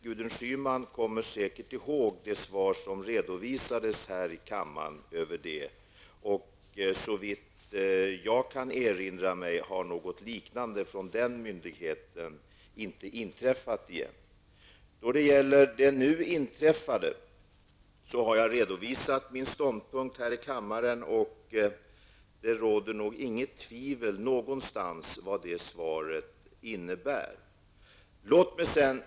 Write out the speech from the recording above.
Gudrun Schyman kommer säkert ihåg det svar som redovisades här i kammaren angående detta. Såvitt jag kan erinra mig har den myndigheten inte gjort något liknande på nytt. När det gäller det nu inträffade har jag här i kammaren redovisat min ståndpunkt. Det råder nog inget tvivel någonstans om vad det svaret innebär. Fru talman!